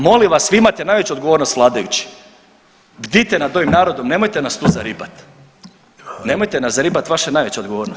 Molim vas, vi imate najveću odgovornost vladajući, bdijte nad ovim narodom, nemojte nas tu zaribat, nemojte nas zaribat, vaša je najveća odgovornost.